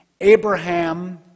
Abraham